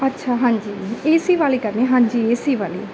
ਅੱਛਾ ਹਾਂਜੀ A C ਵਾਲੀ ਕਰਨੀ ਹਾਂਜੀ ਏ ਸੀ ਵਾਲੀ